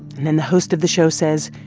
and then the host of the show says,